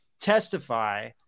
testify